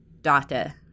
data